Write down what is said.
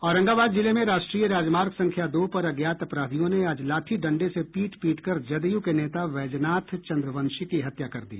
औरंगाबाद जिले में राष्ट्रीय राजमार्ग संख्या दो पर अज्ञात अपराधियों ने आज लाठी डंडे से पीट पीटकर जदयू के नेता वैजनाथ चंद्रवंशी की हत्या कर दी